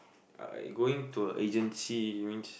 I going to a agency means